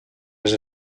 les